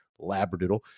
Labradoodle